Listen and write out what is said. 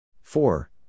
Four